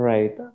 Right